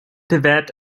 tibet